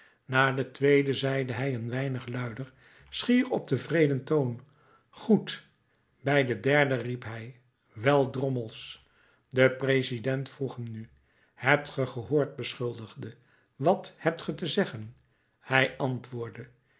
na de tweede zeide hij een weinig luider schier op tevreden toon goed bij de derde riep hij wel drommels de president vroeg hem nu hebt ge gehoord beschuldigde wat hebt ge te zeggen hij antwoordde